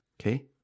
Okay